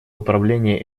управление